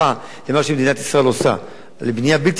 שמדינת ישראל עושה לבנייה בלתי חוקית,